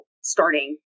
starting